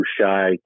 shy